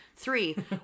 Three